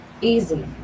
easy